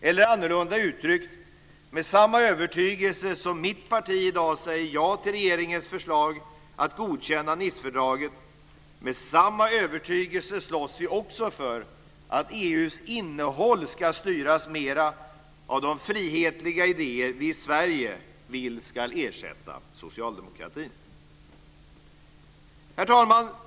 Eller, annorlunda uttryckt, med samma övertygelse som mitt parti i dag säger ja till regeringens förslag att godkänna Nicefördraget, slåss vi också för att EU:s innehåll ska styras mera av de frihetliga idéer som vi i Sverige vill ska ersätta socialdemokratin. Herr talman!